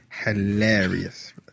hilarious